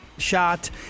shot